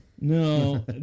No